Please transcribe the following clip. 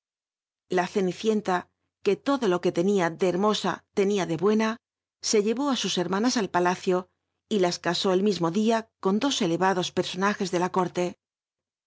la crnicienta que todo in c ue tenia m hermosa lt'nia de buena se llcyóá stl hc nana al palacio y las cafó el mismo dia con dos eleyados pt'r oi jr de la córte